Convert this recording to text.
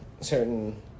certain